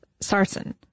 Sarsen